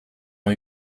ont